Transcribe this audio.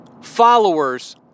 followers